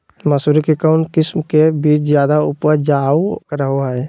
मसूरी के कौन किस्म के बीच ज्यादा उपजाऊ रहो हय?